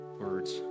words